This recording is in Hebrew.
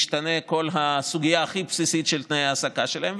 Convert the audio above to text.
תשתנה כל הסוגיה הכי בסיסית של תנאי ההעסקה שלהם,